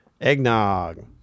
eggnog